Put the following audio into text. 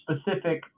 specific